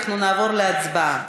אנחנו נעבור להצבעה,